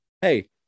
hey